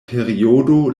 periodo